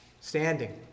standing